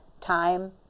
time